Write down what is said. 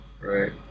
Right